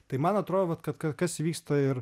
tai man atrodo vat kad kas vyksta ir